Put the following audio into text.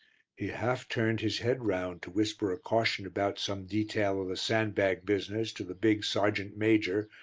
he half turned his head round to whisper a caution about some detail of the sandbag business to the big sergeant-major,